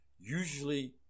usually